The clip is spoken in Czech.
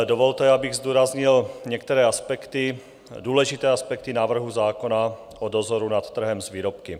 Dovolte, abych zdůraznil některé aspekty, důležité aspekty návrhu zákona o dozoru nad trhem s výrobky.